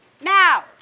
now